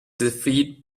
defeat